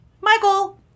Michael